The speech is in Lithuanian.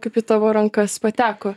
kaip į tavo rankas pateko